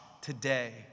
today